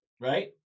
Right